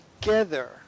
together